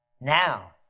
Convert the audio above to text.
Now